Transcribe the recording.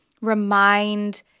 remind